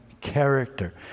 character